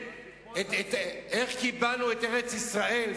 איך קיבלנו את ארץ-ישראל,